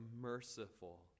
merciful